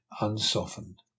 unsoftened